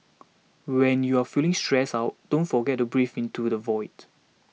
when you are feeling stressed out don't forget to breathe into the void